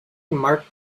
mark